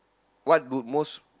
what would most